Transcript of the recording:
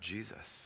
Jesus